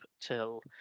till